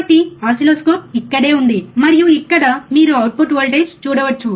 కాబట్టి ఓసిల్లోస్కోప్ ఇక్కడే ఉంది మరియు ఇక్కడ మీరు అవుట్పుట్ వోల్టేజ్ చూడవచ్చు